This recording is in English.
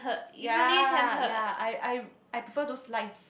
yea yea I I I prefer those life